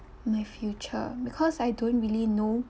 my future because I don't really know